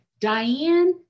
Diane